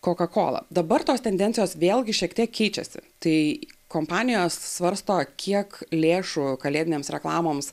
koka kola dabar tos tendencijos vėlgi šiek tiek keičiasi tai kompanijos svarsto kiek lėšų kalėdinėms reklamoms